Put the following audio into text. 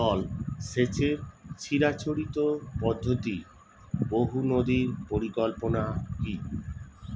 জল সেচের চিরাচরিত পদ্ধতি বহু নদী পরিকল্পনা কি?